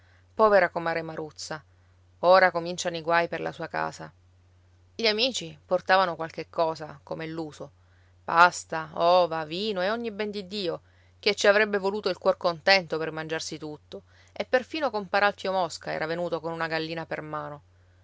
povera comare maruzza ora cominciano i guai per la sua casa gli amici portavano qualche cosa com'è l'uso pasta ova vino e ogni ben di dio che ci avrebbe voluto il cuor contento per mangiarsi tutto e perfino compar alfio mosca era venuto con una gallina per mano